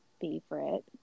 favorite